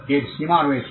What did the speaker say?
এর সীমা রয়েছে